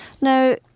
Now